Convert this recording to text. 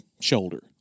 shoulder